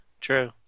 True